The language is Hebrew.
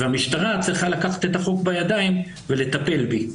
והמשטרה צריכה לקחת את החוק בידיים ולטפל בי,